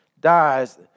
dies